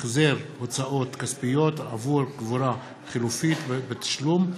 החזר הוצאות כספיות עבור קבורה חילונית בתשלום),